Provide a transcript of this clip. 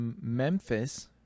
Memphis